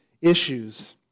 issues